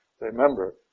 remember